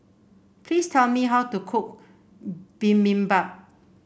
please tell me how to cook Bibimbap